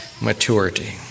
maturity